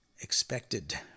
expected